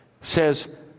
says